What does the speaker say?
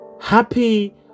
Happy